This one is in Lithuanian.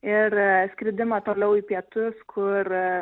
ir skridimą toliau į pietus kur